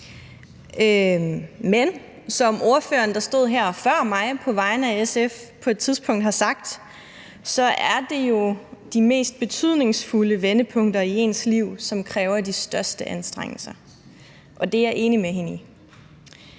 men som ordføreren, der stod her før mig, på vegne af SF på et tidspunkt har sagt, så er det jo de mest betydningsfulde vendepunkter i ens liv, som kræver de største anstrengelser, og det er jeg enig med hende i.